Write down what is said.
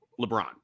lebron